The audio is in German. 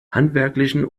handwerklichen